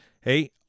Hey